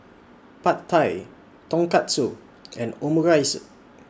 Pad Thai Tonkatsu and Omurice